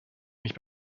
nicht